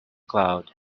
cloud